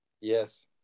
Yes